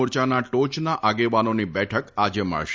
મોરચાના ટોચના આગેવાનોની બેઠક આજે મળશે